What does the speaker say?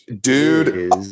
dude